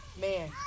Man